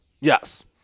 Yes